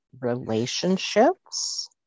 relationships